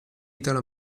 italo